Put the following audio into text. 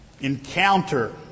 encounter